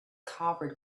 covered